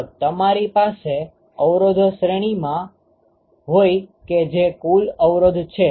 જો તમારી પાસે અવરોધો શ્રેણીમાં હોઈ કે જે કુલ અવરોધ છે